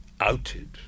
outed